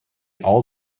all